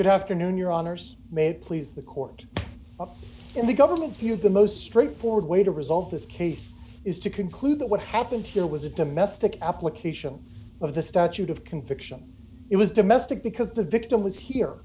but after noon your honors may please the court and the government's view of the most straightforward way to resolve this case is to conclude that what happened here was a domestic application of the statute of conviction it was domestic because the victim was here